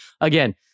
Again